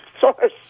source